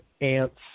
ants